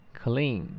，clean